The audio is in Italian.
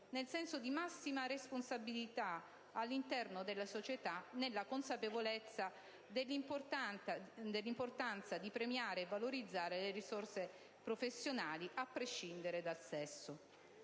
nel senso di massima responsabilità, all'interno della società, nella consapevolezza dell'importanza di premiare e valorizzare le risorse professionali a prescindere dal sesso.